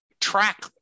track